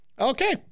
Okay